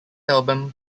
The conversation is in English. album